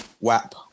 WAP